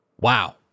Wow